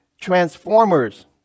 transformers